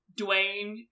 Dwayne